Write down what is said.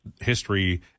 history